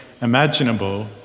imaginable